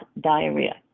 diarrhea